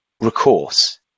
recourse